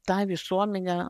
ta visuomenė